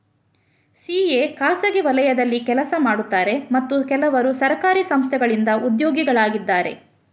CA ಖಾಸಗಿ ವಲಯದಲ್ಲಿ ಕೆಲಸ ಮಾಡುತ್ತಾರೆ ಮತ್ತು ಕೆಲವರು ಸರ್ಕಾರಿ ಸಂಸ್ಥೆಗಳಿಂದ ಉದ್ಯೋಗಿಗಳಾಗಿದ್ದಾರೆ